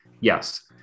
Yes